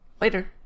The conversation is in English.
later